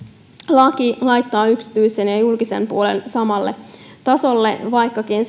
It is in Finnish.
laki laittaa yksityisen ja julkisen puolen samalle tasolle vaikkakin